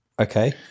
okay